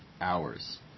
hours